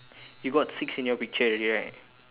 you got six in your picture already right